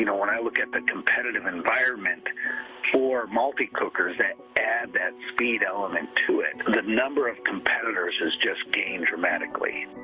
you know when i look at the competitive environment for multi-cookers that add that speed element to it, the number of competitors has just gained dramatically.